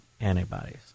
antibodies